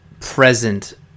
present